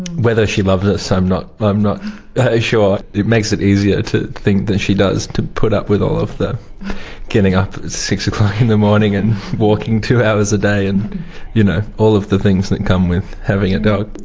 whether she loves us i'm not i'm not ah sure. it makes it easier to think that she does, to put up with all of the getting up at six o'clock in the morning and walking two hours a day and you know all of the things that come with having a dog.